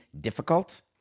difficult